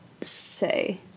say